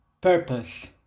purpose